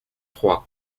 froid